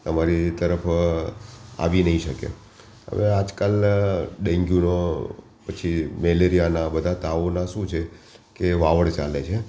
તમારી તરફ આવી નહીં શકે હવે આજકાલના ડેન્ગ્યુનો પછી મેલેરિયાના બધા તાવોના શું છે કે વાવડ ચાલે છે